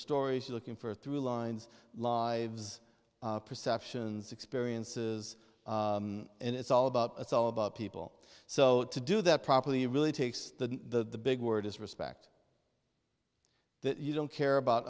stories are looking for three lines lives perceptions experiences and it's all about it's all about people so to do that properly really takes the big word is respect that you don't care about